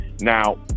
now